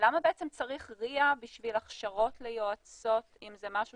למה בעצם צריך RIA בשביל הכשרות ליועצות אם זה משהו